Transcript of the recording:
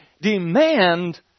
demand